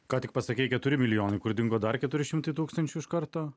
ką tik pasakei keturi milijonai kur dingo dar keturi šimtai tūkstančių iš karto